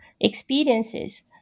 experiences